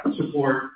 support